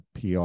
PR